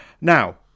Now